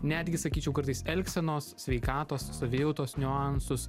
netgi sakyčiau kartais elgsenos sveikatos savijautos niuansus